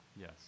yes